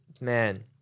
man